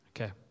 Okay